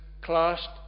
classed